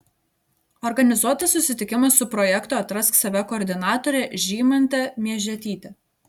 organizuotas susitikimas su projekto atrask save koordinatore žymante miežetyte